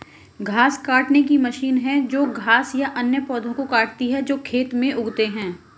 घास काटने की मशीन है जो घास या अन्य पौधों को काटती है जो खेत में उगते हैं